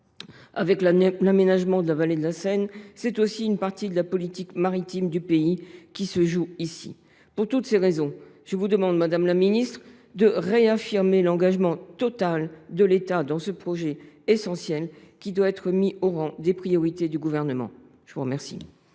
Avec l’aménagement de la vallée de la Seine, c’est aussi une partie de la politique maritime du pays qui se joue. Pour toutes ces raisons, je vous demande, madame la ministre, de réaffirmer l’engagement total de l’État dans ce projet essentiel, qui doit être mis au rang des priorités du Gouvernement. La parole